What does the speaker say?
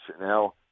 Now